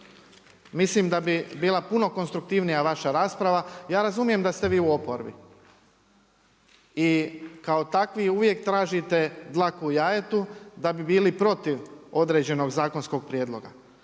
Mislim da bi bila puno konstruktivnija vaša rasprava. Ja razumijem da ste vi u oporbi i kao takvi uvijek tražite dlaku u jajetu, da bi bili protiv određenog zakonskog prijedloga.